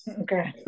okay